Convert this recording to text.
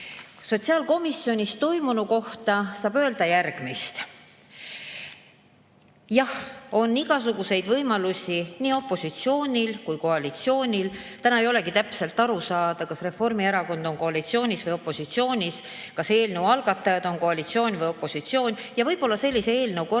Sotsiaalkomisjonis toimunu kohta saab öelda järgmist. Jah, on igasuguseid võimalusi nii opositsioonil kui ka koalitsioonil. Täna ei olegi täpselt aru saada, kas Reformierakond on koalitsioonis või opositsioonis, kas eelnõu algatajad on koalitsioon või opositsioon. Ja võib-olla sellise eelnõu korral